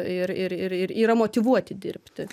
ir ir ir yra motyvuoti dirbti